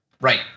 Right